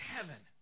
Heaven